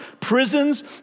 prisons